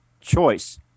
choice